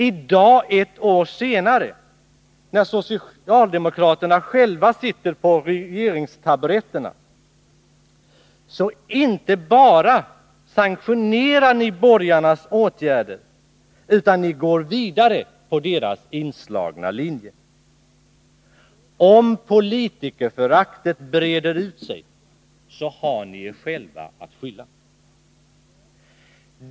I dag, ett år senare, när socialdemokraterna själva sitter på regeringstaburetterna, inte bara sanktionerar de borgarnas åtgärder, utan de går vidare på deras inslagna linje. Om politikerföraktet breder ut sig, har socialdemokraterna sig själva att skylla.